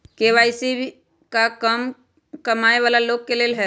KYC का कम कमाये वाला लोग के लेल है?